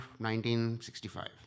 1965